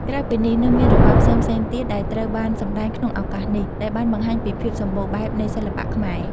ក្រៅពីនេះ នៅមានរបាំផ្សេងៗទៀតដែលត្រូវបានសម្តែងក្នុងឱកាសនេះ ដែលបានបង្ហាញពីភាពសម្បូរបែបនៃសិល្បៈខ្មែរ។